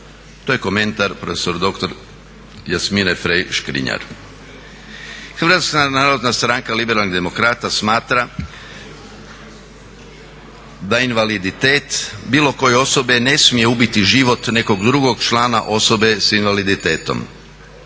To je komentar prof.dr. Jasmine Frey Škrinjar. HNS liberalnih demokrata smatra da invaliditet bilo koje osobe ne smije ubiti život nekog drugog člana osobe s invaliditetom.